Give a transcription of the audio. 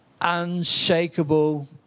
unshakable